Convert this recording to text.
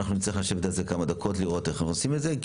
אנחנו נצטרך לשבת על זה כמה דקות לראות איך עושים את זה.